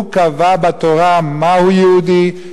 הוא קבע בתורה מהו יהודי,